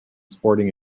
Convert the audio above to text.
sporting